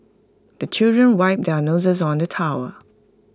the children wipe their noses on the towel